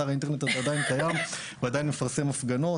אתר האינטרנט הזה עדיין קיים והוא עדיין מפרסם הפגנות.